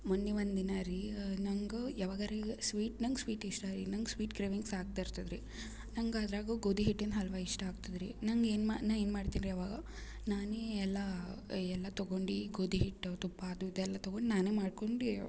ಮೊನ್ನೆ ಒಂದು ದಿನ ರೀ ನಂಗೆ ಯಾವಾಗಾರ ಈಗ ಸ್ವೀಟ್ ನಂಗೆ ಸ್ವೀಟ್ ಇಷ್ಟ ರೀ ನಂಗೆ ಸ್ವೀಟ್ ಕ್ರೇವಿಂಗ್ಸ್ ಆಗ್ತಾ ಇರ್ತದೆ ರೀ ನಂಗೆ ಅದ್ರಾಗು ಗೋಧಿ ಹಿಟ್ಟಿನ ಹಲ್ವ ಇಷ್ಟ ಆಗ್ತದೆ ರೀ ನಂಗೆ ಏನು ಮಾ ನಾನು ಏನು ಮಾಡ್ತಿನಿ ರೀ ಅವಾಗ ನಾನೇ ಎಲ್ಲ ಎಲ್ಲ ತಗೊಂಡು ಗೋಧಿ ಹಿಟ್ಟು ತುಪ್ಪ ಅದು ಇದೆಲ್ಲ ತಗೊಂಡು ನಾನೇ ಮಾಡ್ಕೊಂಡು